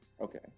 Okay